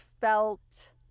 felt